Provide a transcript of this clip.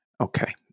Okay